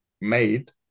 made